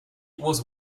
was